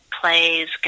plays